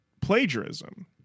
plagiarism